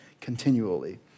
continually